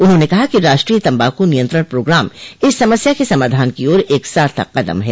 उन्होंने कहा कि राष्ट्रीय तम्बाकू नियंत्रण प्रोग्राम इस समस्या के समाधान की ओर एक सार्थक कदम है